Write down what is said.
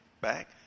back